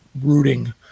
rooting